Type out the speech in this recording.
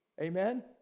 amen